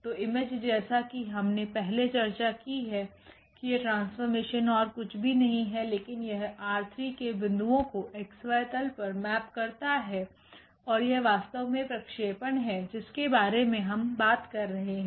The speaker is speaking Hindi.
तो इमेज जैसा की हमने पहले चर्चा की है की यह ट्रांसफॉर्मेशन ओर कुछ भी नहीं है लेकिन यह ℝ3 के बिंदुओं को𝑥𝑦तल पर मैप करता है और यहवास्तव में प्रक्षेपण है जिसके बारे में हम बात कर रहे हैं